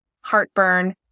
heartburn